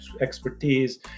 expertise